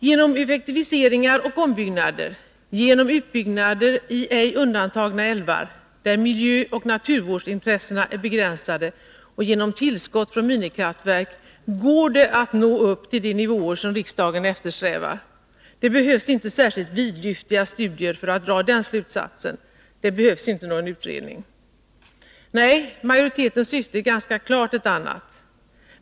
Genom effektiviseringar och ombyggnader, genom utbyggnader i ej undantagna älvar, där miljöoch naturvårdsintressena är begränsade, och genom tillskott från minikraftverk går det att nå upp till de nivåer som riksdagen eftersträvar. Det behövs inte särskilt vidlyftiga studier för att dra den slutsatsen. Det behövs inte någon utredning. Nej, majoritetens syfte är ganska klart ett annat.